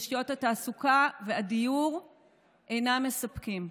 תשתיות התעסוקה והדיור אינם מספקים.